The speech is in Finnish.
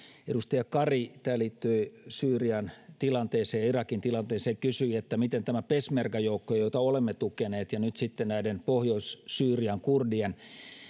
edustaja kari tämä liittyi syyrian tilanteeseen ja irakin tilanteeseen kysyi mikä on näiden peshmerga joukkojen joita olemme tukeneet ja nyt sitten näiden pohjois syyrian kurdien